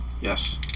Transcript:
Yes